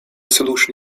solution